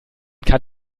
kann